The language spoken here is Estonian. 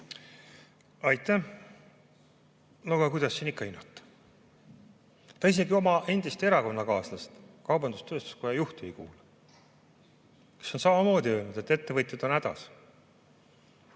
Aitäh! No aga kuidas siin ikka hinnata? Ta ei kuula isegi oma endist erakonnakaaslast, kaubandus-tööstuskoja juhti, kes on samamoodi öelnud, et ettevõtjad on hädas.